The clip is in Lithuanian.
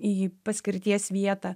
į paskirties vietą